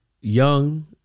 young